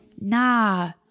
Nah